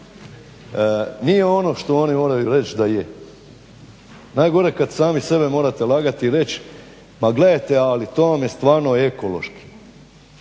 nije ono što oni moraju reći da je. Najgore kad sami sebe morate lagat i reći pa gledajte ali to vam je stvarno ekološki.